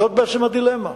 זאת בעצם הדילמה.